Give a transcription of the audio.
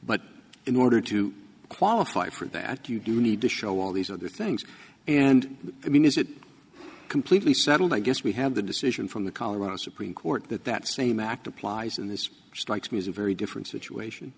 but in order to qualify for that you do need to show all these other things and i mean is it completely settled i guess we have the decision from the colorado supreme court that that same act applies in this strikes me as different